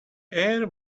air